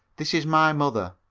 this is my mother.